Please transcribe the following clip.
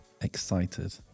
excited